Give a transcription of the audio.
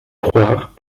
croire